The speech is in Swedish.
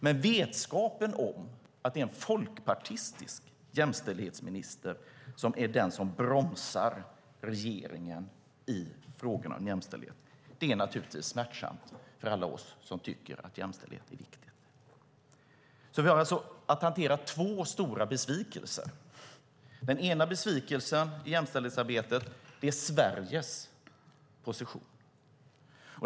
Men vetskapen att en folkpartistisk jämställdhetsminister är den som bromsar regeringen i frågorna om jämställdhet är naturligtvis smärtsam för alla oss som tycker att jämställdhet är viktigt. Vi har alltså att hantera två stora besvikelser. Den ena besvikelsen i jämställdhetsarbetet är Sveriges position.